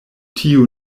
tiu